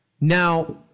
Now